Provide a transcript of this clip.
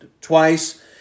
twice